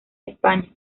españa